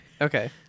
Okay